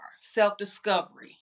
self-discovery